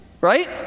Right